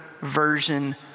version